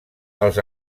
els